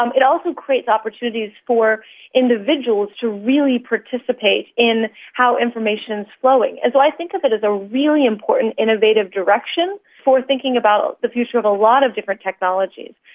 um it also creates opportunities for individuals to really participate in how information is flowing. so i think of it as a really important innovative direction for thinking about the future of a lot of different technologies.